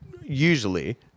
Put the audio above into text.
usually